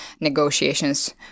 negotiations